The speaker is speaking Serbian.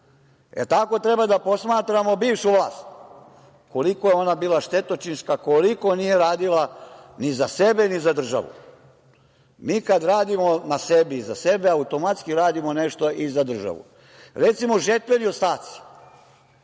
gasa. Tako treba da posmatramo bivšu vlast, koliko je ona bila štetočinska, koliko nije radila ni za sebe, ni za državu. Mi kad radimo na sebi i za sebe, automatski radimo nešto i za državu. Recimo, žetveni ostaci,